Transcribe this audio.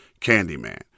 Candyman